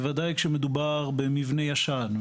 בוודאי כשמדובר במבנה ישן,